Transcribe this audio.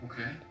Okay